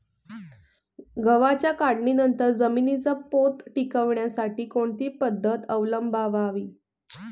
गव्हाच्या काढणीनंतर जमिनीचा पोत टिकवण्यासाठी कोणती पद्धत अवलंबवावी?